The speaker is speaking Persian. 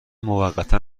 موقتا